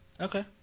Okay